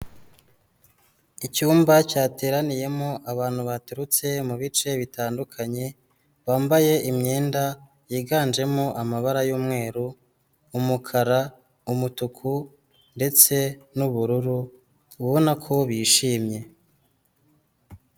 Icyumba cyateraniyemo abantu baturutse mu bice bitandukanye, bambaye imyenda yiganjemo amabara y'umweru, umukara, umutuku ndetse n'ubururu, ubona ko bishimye.